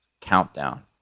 Countdown